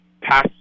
pass